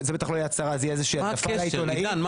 זאת בטח לא תהיה הצהרה אלא הדלפה לעיתונאים- -- עידן,